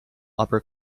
upper